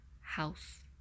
house